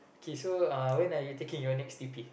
K so uh when are you taking your next t_p